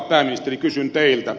pääministeri kysyn teiltä